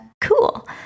Cool